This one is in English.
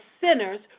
sinners